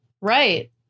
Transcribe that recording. right